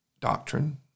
doctrine